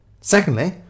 Secondly